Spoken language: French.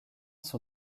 son